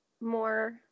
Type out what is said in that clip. more